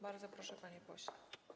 Bardzo proszę, panie pośle.